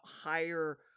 higher